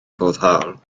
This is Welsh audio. foddhaol